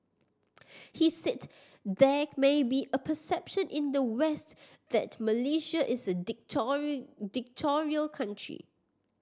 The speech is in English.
he said there may be a perception in the West that Malaysia is a country